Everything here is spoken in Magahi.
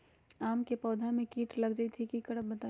आम क पौधा म कीट लग जई त की करब बताई?